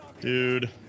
Dude